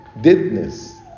deadness